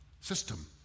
system